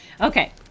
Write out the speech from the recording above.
okay